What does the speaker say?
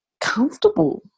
comfortable